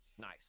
Nice